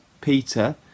Peter